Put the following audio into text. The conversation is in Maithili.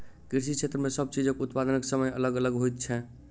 कृषि क्षेत्र मे सब चीजक उत्पादनक समय अलग अलग होइत छै